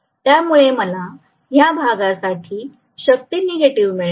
त्यामुळे मला या भागासाठी शक्ती निगेटिव्ह मिळेल